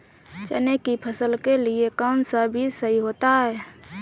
चने की फसल के लिए कौनसा बीज सही होता है?